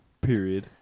Period